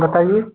बताइए